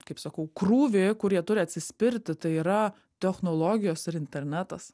kaip sakau krūvį kur jie turi atsispirti tai yra technologijos ir internetas